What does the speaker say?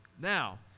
Now